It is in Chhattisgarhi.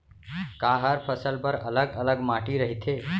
का हर फसल बर अलग अलग माटी रहिथे?